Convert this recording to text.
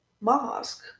mosque